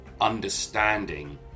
understanding